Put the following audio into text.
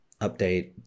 update